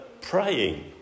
praying